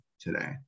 today